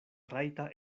rajta